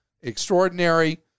extraordinary